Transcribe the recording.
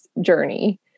journey